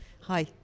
Hi